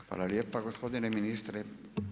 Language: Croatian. Hvala lijepa gospodine ministre.